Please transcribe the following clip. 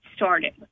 started